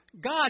God